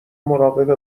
مراقب